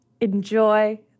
Enjoy